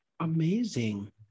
Amazing